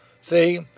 See